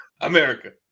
America